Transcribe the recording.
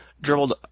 dribbled